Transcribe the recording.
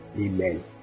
Amen